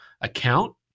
account